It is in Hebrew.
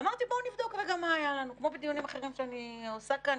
ואמרתי בואו נבדוק רגע מה היה לנו כמו בדיונים אחרים שאני עושה כאן,